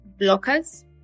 blockers